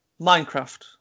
Minecraft